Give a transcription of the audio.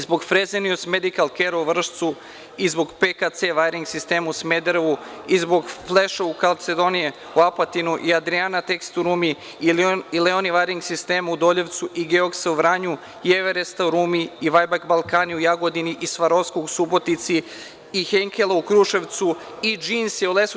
Zbog Frezenijus medical ker u Vršcu, zbog „PKC Wiring“ sistema u Smederevu, zbog „Fleš kalcedonije“ u Apatinu i „Adrijana teks“ u Rumi, „Leoni Wiring System“ u Doljevcu, „Geoksa“ u Vranju, „Everesta“ u Rumi i Balkan BIBL u Jagodini i „Svarovskog“ u Subotici i „Henkela“ u Kruševcu i „Džinsa“ u Leskovcu.